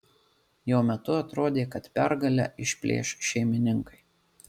jo metu atrodė kad pergalę išplėš šeimininkai